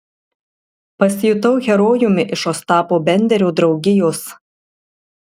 pasijutau herojumi iš ostapo benderio draugijos